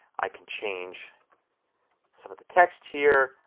i could change some of the text here.